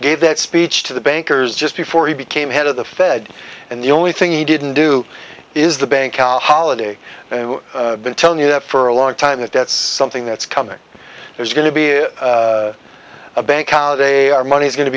gave that speech to the bankers just before he became head of the fed and the only thing he didn't do is the bank holiday been telling you that for a long time the debts something that's coming there's going to be it a bank holiday our money is going to